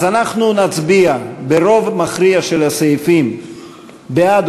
אז אנחנו נצביע ברוב המכריע של הסעיפים בעד